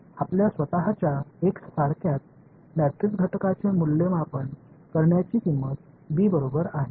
आपल्या स्वत च्या x सारख्याच मॅट्रिक्स घटकांचे मूल्यमापन करण्याची किंमत b बरोबर आहे